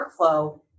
workflow